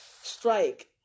strike